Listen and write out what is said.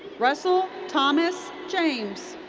russell thomas james.